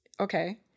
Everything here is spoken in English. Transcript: okay